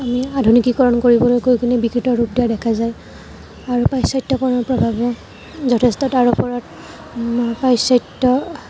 আমি আধুনিকীকৰণ কৰিবলৈ গৈ কিনে বিকৃত ৰূপ দিয়া দেখা যায় আৰু পাশ্চাত্যকৰণৰ প্ৰভাৱো যথেষ্ট তাৰ ওপৰত পাশ্চাত্য